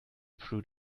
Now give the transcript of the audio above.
through